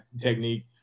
technique